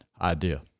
idea